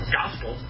gospel